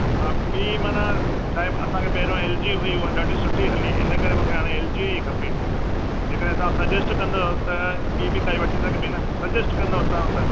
हा ॿीं माना छा आहे असांखे पहिरियों एल जी हुई उहा ॾाढी सुठी हली हिन करे हाणे एल जी ई खपे जे कॾहिं तव्हां सजेस्ट कंदुव त ॿीं बि काई वठी सघिबी न सजेस्ट कंदा तव्हां त